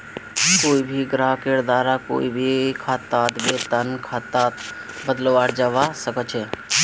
कोई भी ग्राहकेर द्वारा कोई भी खाताक वेतन खातात बदलाल जवा सक छे